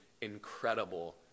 incredible